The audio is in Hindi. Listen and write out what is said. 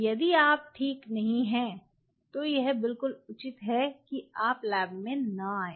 यदि आप ठीक नहीं हैं तो यह बिल्कुल उचित है कि आप लैब में न आएं